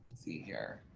see here.